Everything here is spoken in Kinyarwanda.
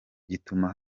gituma